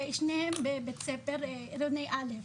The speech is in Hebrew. ושתיהן בבית ספר רנה א'.